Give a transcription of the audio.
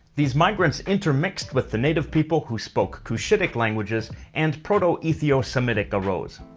these migrants intermixed with the native people, who spoke cushitic languages, and proto-ethiosemitic arose.